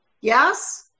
Yes